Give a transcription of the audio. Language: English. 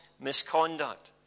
misconduct